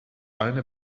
eine